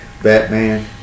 Batman